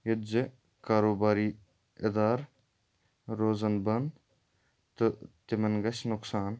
ییٚتہِ زِ کاروباری اِدار روزَن بنٛد تہٕ تِمَن گژھِ نۄقصان